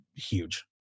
Huge